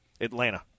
Atlanta